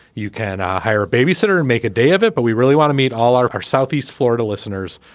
you can hire a babysitter and make a day of it. but we really want to meet all our our southeast florida listeners.